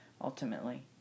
ultimately